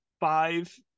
Five